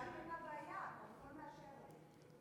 גם אם הייתה בעיה, הפרוטוקול מאשר לי.